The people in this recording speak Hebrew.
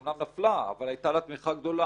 היא אומנם נפלה, אבל הייתה לה תמיכה גדולה.